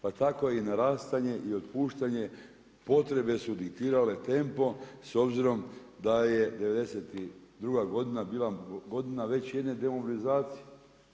Pa tako i na rastanje i otpuštanje potrebe su diktirale temo, s obzirom da je '92. godina bila godina već jedne demobilizacije.